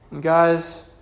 Guys